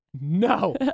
No